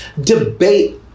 debate